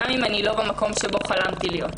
גם אם אני לא במקום שבו חלמתי להיות.